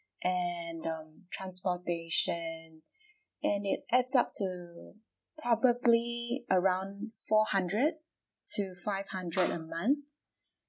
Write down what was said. and um transportation and it adds up to probably around four hundred to five hundred a month